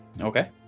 okay